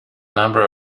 number